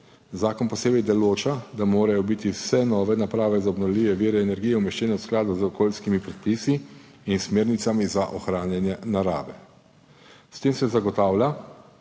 Zakon posebej določa, da morajo biti vse nove naprave za obnovljive vire energije umeščene v skladu z okoljskimi predpisi in smernicami za ohranjanje narave. S tem se zagotavlja,